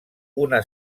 una